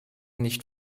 nicht